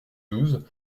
douze